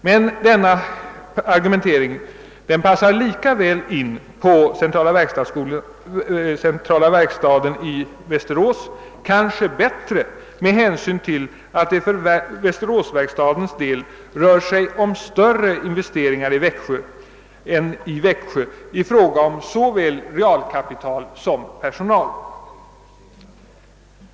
Men denna argumentering passar lika väl in på centrala verkstaden i Västerås, kanske t.o.m. bättre, med hänsyn till att det för västeråsverkstadens del rör sig om större investeringar än i Växjö i fråga om såväl realkapital som personal.